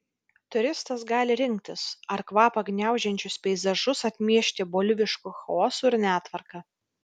turistas gali rinktis ar kvapą gniaužiančius peizažus atmiešti bolivišku chaosu ir netvarka